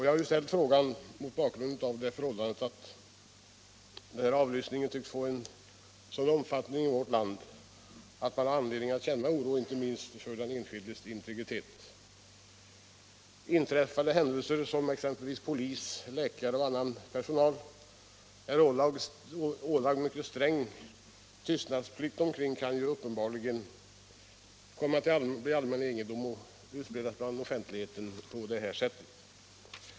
Jag har ställt frågan mot bakgrunden av att den här av lyssningen tycks ha fått en sådan omfattning i vårt land att man har anledning att känna oro, inte minst för den enskildes integritet. Inträffade händelser som exempelvis polis, läkare och annan personal är ålagda sträng tystnadsplikt omkring kan uppenbarligen bli allmän egendom och spridas till offentligheten på det här sättet.